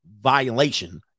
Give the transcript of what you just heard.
violation